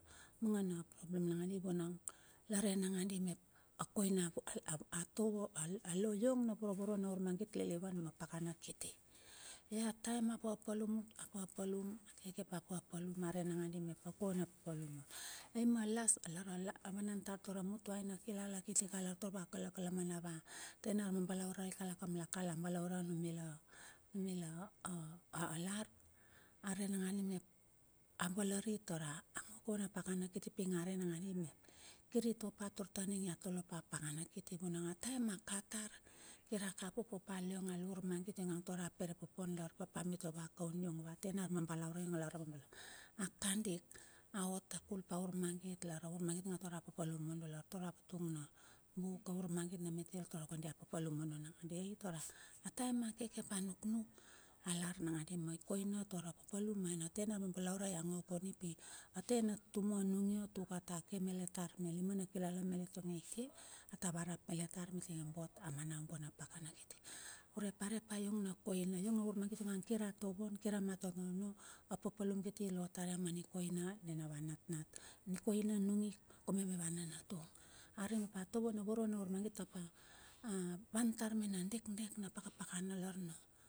Mangana a papalum nangandi vunang laren nangandi mep a koina a tovo alo iong na vorovoro na ur magit lilivan ma pakana kiti. Ataem a paplum, apapalum, akekep a papalum a ran nangandi mep a kona papalum ot. Ai ma las a lara vanan tar tara mutuaina kilala kiti la tovo a kalakalamana tena armabala ruai la balaure, la balaure anumila a lar, a ren nangandi mep a valari tar a kure a pakana kiti ping a ran nangandi mep, kir topa tar ta ning la tole pa apakana kiti, vunag a taem a ka tar, kira ka pote pa aliong al urmagit ing ang tara perpote do ing ang papa mituava ma ten arbalaurai, a kandik ia ot ma urmagit niga ing tara papalum ono. Aur magit aur magit ing tara papalum ono aurmagit tar dia papalum ono. Taem a keke ap a nuknuk alar nangandi mep ikoina tara papalum aena tena arbalaurai ango kauni, pi atena tutumu anungi ot tuk ata ke malet tar me lima na kilala io meti ata varap malet. ata varap malet pa mitinga bot amanaung kan a pakana kiti. Urep arepa iong na koina iong na urmangit ing kira tovon kira artovo ono. apapalum kiti ilotar ia ma nikoina nena va natnat. Nikoina nungi kium ava nanatung, areip pa tovo navoro na urmangit apa avan tar mena dekdek na pakapakana lar na.